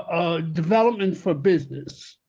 development for business.